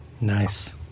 Nice